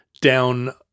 down